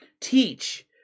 teach